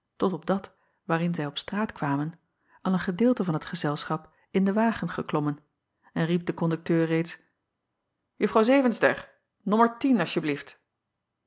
tot op dat waarin zij op straat kwamen al een gedeelte van het gezelschap in den wagen geklommen en riep de kondukteur reeds uffrouw evenster nommer tien alsjeblieft